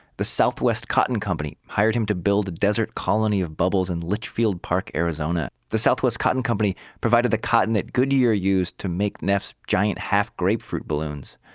the southwest southwest cotton company hired him to build a desert colony of bubbles in litchfield park, arizona. the southwest cotton company provided the cotton that goodyear used to make neff's giant half-grapefruit balloons.